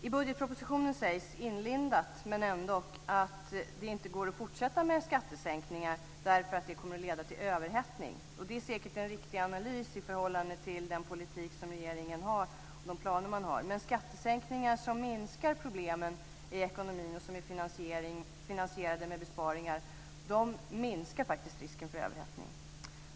I budgetpropositionen sägs inlindat, men ändock, att det inte går att fortsätta med skattesänkningar därför att det kommer att leda till överhettning. Det är säkert en riktig analys i förhållande till den politik som regeringen för och de planer man har. Men skattesänkningar som minskar problemen i ekonomin och som är finansierade med besparingar minskar faktiskt risken för överhettning.